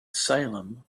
salem